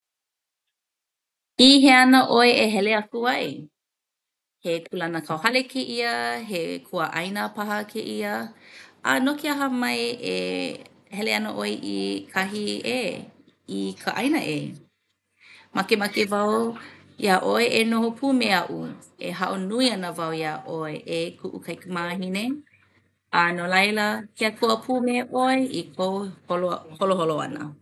I hea ana ʻoe e hele aku ai? He kūlanakauhale kēia? He kuaʻāina paha kēia? A no ke aha mai e hele ana ʻoe i kahi ʻē? I ka ʻāina ʻē? Makemake wau iā ʻoe e noho pū me aʻu, e haʻo nui ana wau iā ʻoe e kuʻu kaikamahine. A no laila ke Akua pū me ʻoe i kou holo holoholo ʻana.